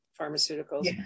pharmaceuticals